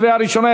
קריאה ראשונה.